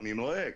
אני נוהג.